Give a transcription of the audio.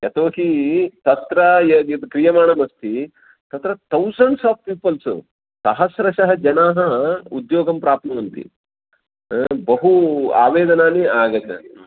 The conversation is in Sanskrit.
यतो ही तत्र य यद् क्रियमाणमस्ति तत्र तौसण्ड्स् आफ़् पीपल्स् सहस्रशः जनाः उद्योगं प्राप्नुवन्ति हा बहवः आवेदनानि आगच्छ